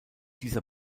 dieser